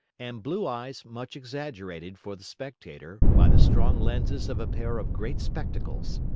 and blue eyes much exaggerated for the spectator by the strong lenses of a pair of great spectacles.